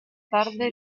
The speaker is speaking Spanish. tarde